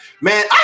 Man